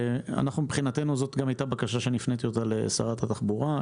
מבחינתנו זאת גם היתה בקשה שהפננו לשרת התחבורה.